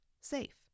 safe